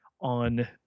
on